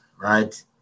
right